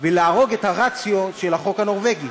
ולהרוג את הרציו של החוק הנורבגי.